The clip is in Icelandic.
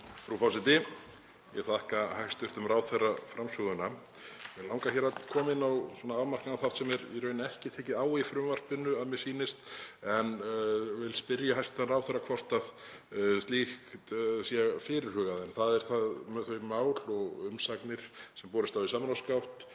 Frú forseti. Ég þakka hæstv. ráðherra framsöguna. Mig langar að koma inn á afmarkaðan þátt sem er í raun ekki tekið á í frumvarpinu, að mér sýnist, en vil spyrja hæstv. ráðherra hvort slíkt sé fyrirhugað, og það er með þau mál og umsagnir sem borist hafa í samráðsgátt